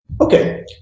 Okay